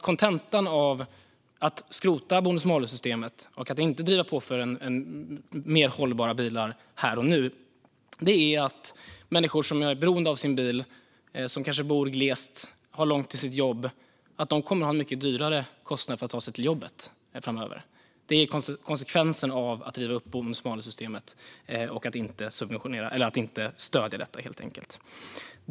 Kontentan av att skrota bonus-malus-systemet och att inte driva på för mer hållbara bilar här och nu är att människor som är beroende av sin bil - de kanske bor i glesbygd och har långt till sitt jobb - kommer att ha en mycket större kostnad för att ta sig till jobbet framöver. Det är konsekvensen av att driva upp bonus-malus-systemet och att helt enkelt inte stödja detta.